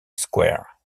square